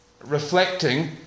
reflecting